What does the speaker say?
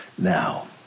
Now